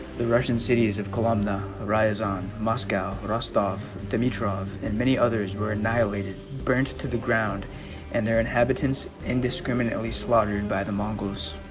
the russian cities of columba arise on moscow rostov dimitrov and many others were annihilated burned to the ground and their inhabitants indiscriminately slaughtered by the mongoose